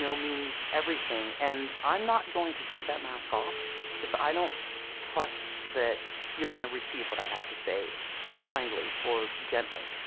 means everything. and i'm not going to take that mask off if i don't trust that you're going to receive what i have to say kindly or gently.